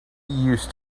used